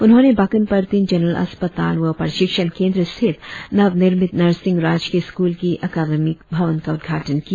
उन्होंने बाकिन पार्टिन जनरल अस्पताल व प्रशिक्षण केंद्र स्थित नव निर्मित नार्सिंग राजकीय स्कूल कि अकादमिक भवन का उद्घाटन किया